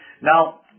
Now